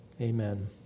Amen